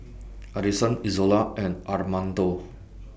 Addison Izola and Armando